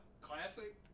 classic